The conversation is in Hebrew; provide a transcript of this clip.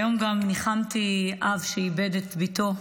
היום גם ניחמתי אב שאיבד את בתו,